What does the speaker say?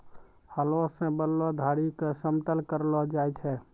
हलो सें बनलो धारी क समतल करलो जाय छै?